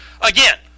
again